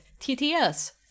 TTS